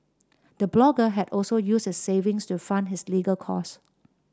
the blogger had also used his saving to fund his legal cost